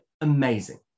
Amazing